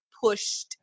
pushed